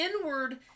inward